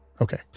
Okay